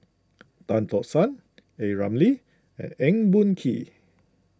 Tan Tock San A Ramli and Eng Boh Kee